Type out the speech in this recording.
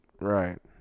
Right